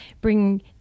bring